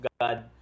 God